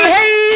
hey